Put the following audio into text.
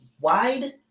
wide